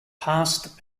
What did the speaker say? passed